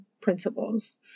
principles